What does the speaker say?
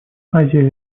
азия